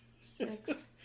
Six